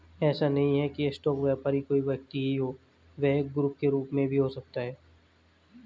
ऐसा नहीं है की स्टॉक व्यापारी कोई व्यक्ति ही हो वह एक ग्रुप के रूप में भी हो सकता है